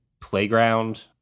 playground